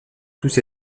tous